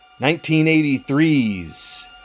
1983's